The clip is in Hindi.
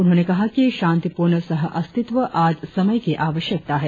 उन्होंने कहा कि शांतिपूर्ण सह अस्तित्व आज समय की आवश्यकता है